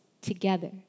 Together